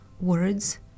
words